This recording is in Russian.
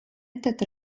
этот